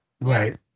right